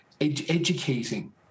educating